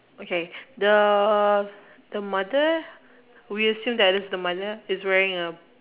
okay the the mother will still as the mother is wearing a